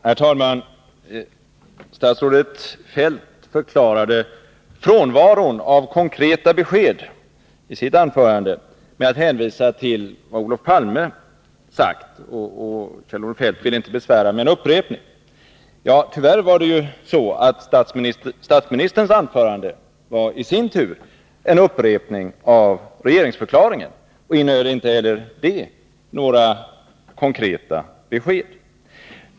Herr talman! Statsrådet Feldt förklarade frånvaron av konkreta besked i sitt anförande med att hänvisa till vad Olof Palme sagt. Kjell-Olof Feldt ville inte besvära med en upprepning. Tyvärr var det så att statsministerns anförande i sin tur var en upprepning av regeringsförklaringen och innehöll inte heller det några konkreta besked.